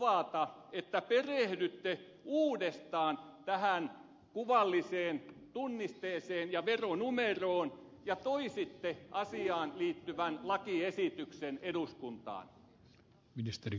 voisitteko luvata että perehdytte uudestaan tähän kuvalliseen tunnisteeseen ja veronumeroon ja toisitte asiaan liittyvän lakiesityksen eduskuntaan